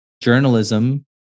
journalism